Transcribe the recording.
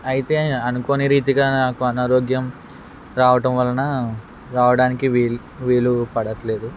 అయితే అనుకోని రీతిగా నాకు అనారోగ్యం రావటం వలన రావడానికి వీల్ వీలు పడట్లేదు